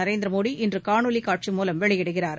நரேந்திர மோடி இன்று காணொளி காட்சி மூலம் வெளியிடுகிறார்